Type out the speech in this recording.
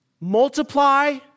Multiply